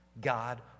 God